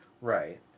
Right